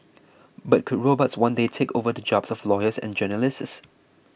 but could robots one day take over the jobs of lawyers and journalists